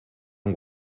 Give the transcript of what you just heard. han